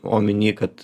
omeny kad